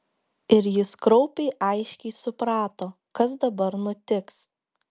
ir jis kraupiai aiškiai suprato kas dabar nutiks